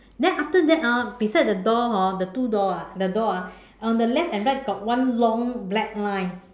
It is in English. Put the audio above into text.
then after that orh beside the door hor the two door ah the door ah on the left and right got one long black line